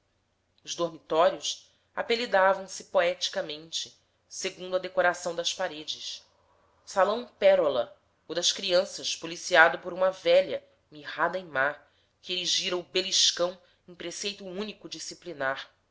os dormitórios apelidavam se poeticamente segundo a decoração das paredes salão pérola o das crianças policiado por uma velha mirrada e má que erigira o beliscão em preceito único disciplinar